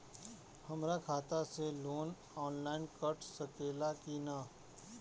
हमरा खाता से लोन ऑनलाइन कट सकले कि न?